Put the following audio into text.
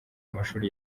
amashuri